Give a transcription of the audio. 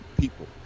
people